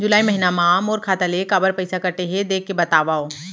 जुलाई महीना मा मोर खाता ले काबर पइसा कटे हे, देख के बतावव?